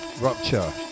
Rupture